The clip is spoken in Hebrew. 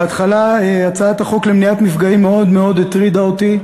בהתחלה הצעת התיקון לחוק למניעת מפגעים מאוד מאוד הטרידה אותי.